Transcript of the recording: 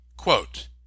quote